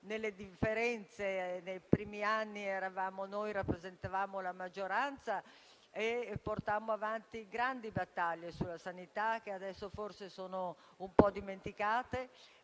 nelle differenze. Nei primi anni, rappresentavamo noi la maggioranza e portammo avanti grandi battaglie sulla sanità, che adesso forse sono un po' dimenticate,